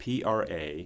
pra